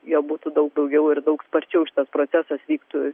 jo būtų daug daugiau ir daug sparčiau šitas procesas vyktų